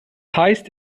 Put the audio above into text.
heißt